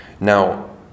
Now